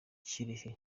kirehe